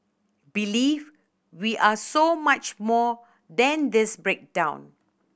believe we are so much more than this breakdown